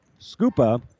Scupa